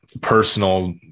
personal